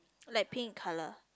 light pink colour